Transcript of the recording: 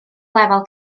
lefel